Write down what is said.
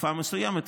תקופה מסוימת.